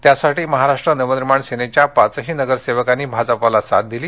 त्यासाठी महाराष्ट्र नवनिर्माण सेनेच्या पाचही नगरसेवकांनी भाजपला साथ दिली